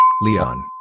Leon